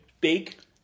big